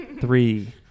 three